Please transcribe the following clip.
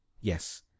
Yes